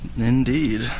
Indeed